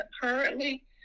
currently